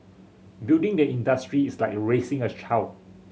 building the industry is like raising a child